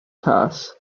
cas